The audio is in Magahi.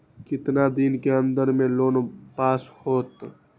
कितना दिन के अन्दर में लोन पास होत?